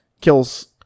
kills